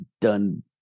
done